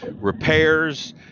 repairs